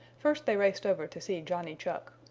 first they raced over to see johnny chuck.